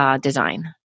design